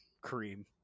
Cream